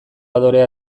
adorea